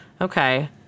Okay